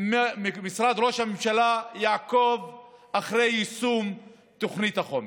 משרד ראש הממשלה יעקוב אחרי יישום תוכנית החומש.